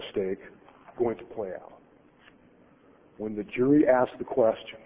mistake going to plan when the jury asked the question